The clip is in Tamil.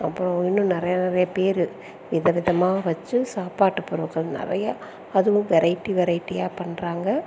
அப்பறம் இன்னும் நிறையா நிறையா பேரு வித விதமாக வச்சு சாப்பாட்டு பொருட்கள் நிறையா அதுவும் வெரைட்டி வெரைட்டியாக பண்றாங்க